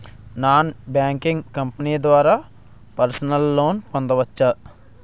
Non banking company ద్వారా personal loan పొందవచ్చా?